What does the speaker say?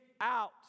out